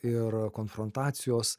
ir konfrontacijos